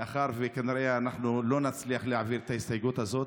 מאחר שכנראה אנחנו לא נצליח להעביר את ההסתייגות הזאת,